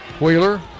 Wheeler